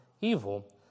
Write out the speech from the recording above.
evil